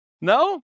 no